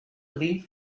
leave